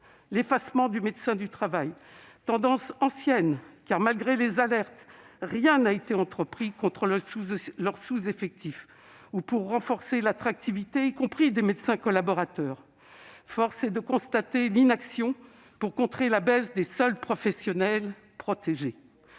l'effacement du médecin du travail. C'est une tendance ancienne, car, malgré les alertes, rien n'a été entrepris pour lutter contre les sous-effectifs ou pour renforcer l'attractivité, y compris pour les médecins collaborateurs. Force est de constater l'inaction pour contrer la baisse des seuls professionnels protégés.